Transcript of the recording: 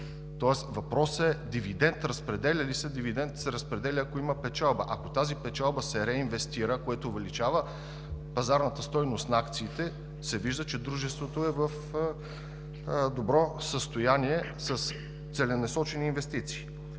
ли се дивидент? Дивидент се разпределя, ако има печалба. Ако тази печалба се реинвестира, което увеличава пазарната стойност на акциите, се вижда, че дружеството е в добро състояние, с целенасочени инвестиции.